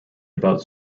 about